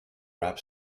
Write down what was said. rap